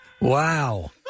Wow